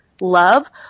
Love